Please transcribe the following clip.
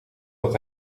dat